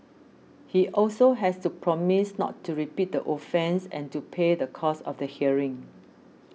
he also has to promise not to repeat the offence and to pay the cost of the hearing